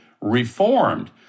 reformed